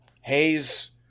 Hayes